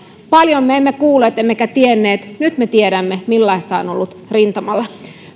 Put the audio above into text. paljon me emme kuulleet emmekä tienneet nyt me tiedämme millaista on on ollut rintamalla